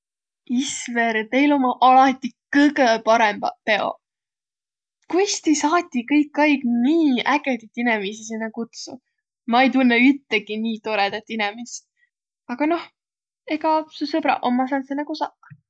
Isver, teil ommaq alati kõgõ parõmbaq peoq! Kuis ti saati kõik aig nii ägedit inemiisi sinnäq kutsuq? Ma ei tunnõq üttegi nii torõdat inemist. Aga noh, su sõbraq ommaq sääntseq, nigu saq.